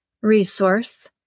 Resource